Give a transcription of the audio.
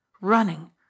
running